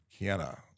Kiana